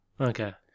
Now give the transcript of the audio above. Okay